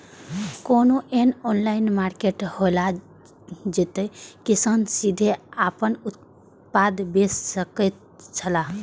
कोनो एहन online market हौला जते किसान सीधे आपन उत्पाद बेच सकेत छला?